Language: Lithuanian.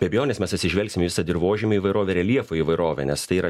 be abejonės mes atsižvelgsim į visą dirvožemių įvairovę reljefo įvairovę nes tai yra